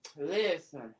listen